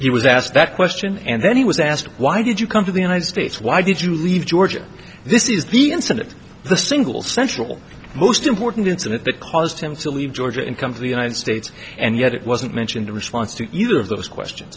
he was asked that question and then he was asked why did you come to the united states why did you leave georgia this is the incident the singles central most important incident that caused him to leave georgia and come to the united states and yet it wasn't mentioned in response to either of those questions